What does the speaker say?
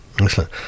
Excellent